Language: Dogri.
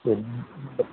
फ्ही